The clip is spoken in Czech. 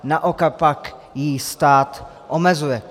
Naopak ji stát omezuje.